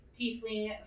tiefling